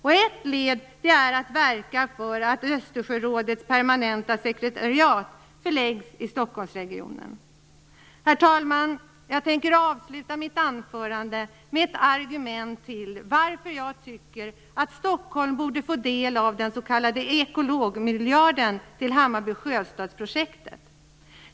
Och man bör verka för att Östersjörådets permanenta sekretariat förläggs till Stockholmsregionen. Herr talman! Jag tänker avsluta mitt anförande med ett argument till att jag tycker att Stockholm borde få del av den s.k. ekologmiljarden till Hammarby sjöstads-projektet.